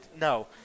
no